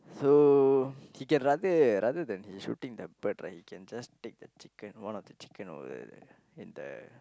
so he can rather rather than he shooting the bird right he can just take the chicken one of the chicken or the in the